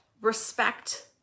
respect